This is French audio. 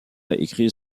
écrit